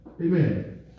Amen